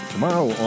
Tomorrow